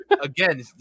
Again